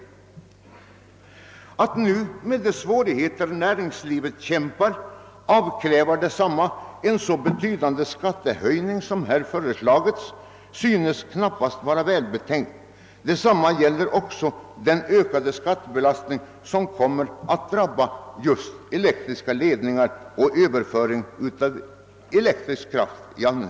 Att nu avkräva jordbruket en så betydande skattehöjning som föreslagits, när jordbrukarna käm par med så stora svårigheter, synes inte vara välbetänkt. Detsamma gäller den ökade skattebelastning som kommer att drabba ledningar för överföring av elektrisk kraft.